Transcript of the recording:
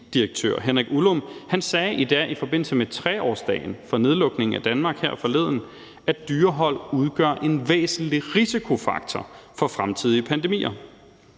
Henrik Ullum, sagde i dag i forbindelse med 3-årsdagen for nedlukningen af Danmark her forleden, at dyrehold udgør en væsentlig risikofaktor for fremtidige pandemier.